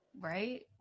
right